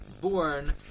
born